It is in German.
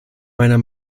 meiner